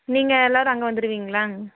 நீங்கள் எல்லோரும் அங்கே வந்துடுவீங்களாங்க